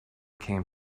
came